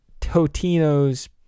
totino's